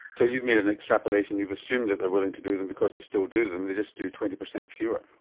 so you've made an extrapolation. you've assumed that they're willing to do them because they still do them, they just do twenty per cent fewer.